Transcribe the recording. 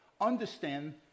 understand